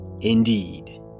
Indeed